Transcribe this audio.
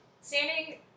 standing